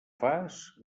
fas